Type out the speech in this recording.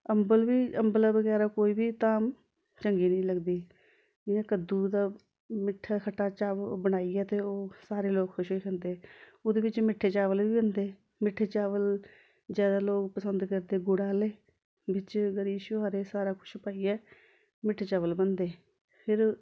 अम्बल बी अम्बलै बगैरा कोई बी धाम चंगी निं लगदी इ'यां कद्दू दा मिट्ठा खट्टा चाव बनाइयै ते ओह् सारे लोक खुश होइयै खंदे ओह्दे बिच्च मिट्ठे चावल बी होंदे मिट्ठे चावल जैदा लोक पसंद करदे गुड़ आह्ले बिच्च गरी छुहारे सारा कुछ पाइयै मिट्ठे चावल बनदे फिर